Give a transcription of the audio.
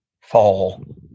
fall